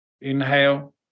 Inhale